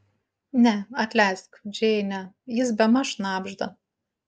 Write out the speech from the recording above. ne atleisk džeine jis bemaž šnabžda